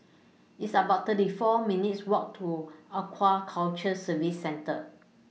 It's about thirty four minutes' Walk to Aquaculture Services Centre